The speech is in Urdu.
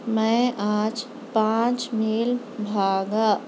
میں آج پانچ میل بھاگا